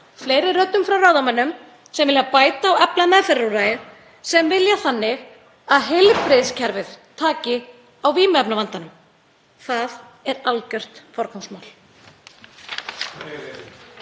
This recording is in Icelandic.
fleiri röddum frá ráðamönnum sem vilja bæta og efla meðferðarúrræði, sem vilja þannig að heilbrigðiskerfið taki á vímuefnavandanum. Það er algjört forgangsmál.